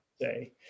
say